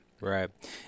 Right